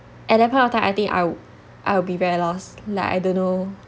at that point of time I think I'd I will be very lost like I don't know